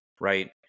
right